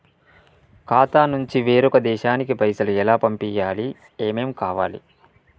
ఖాతా నుంచి వేరొక దేశానికి పైసలు ఎలా పంపియ్యాలి? ఏమేం కావాలి?